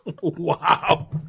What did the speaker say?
Wow